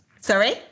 sorry